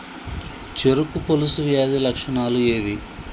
చెరుకు పొలుసు వ్యాధి లక్షణాలు ఏవి?